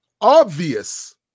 obvious